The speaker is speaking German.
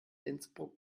innsbruck